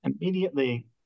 immediately